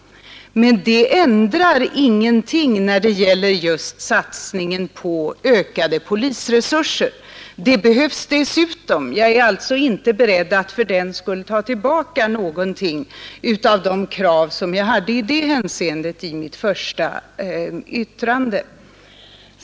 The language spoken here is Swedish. Men det ändrar ingenting när det gäller just satsningen på ökade polisresurser. Det behövs dessutom. Jag är alltså inte fördenskull beredd att ta tillbaka något av de krav som jag i det hänseendet framförde i mitt första yttrande.